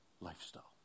lifestyle